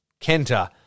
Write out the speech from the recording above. Kenta